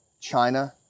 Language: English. China